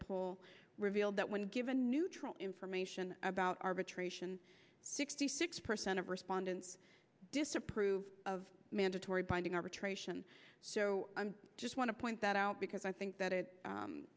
d revealed that given neutral information about arbitration sixty six percent of respondents disapprove of mandatory binding arbitration so i just want to point that out because i think that